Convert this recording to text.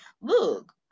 look